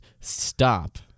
stop